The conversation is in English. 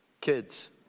Kids